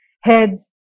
heads